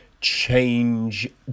change